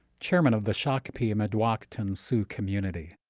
chairman of the shakopee mdewakanton sioux community.